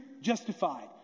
justified